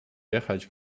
jechać